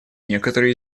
некоторые